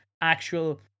actual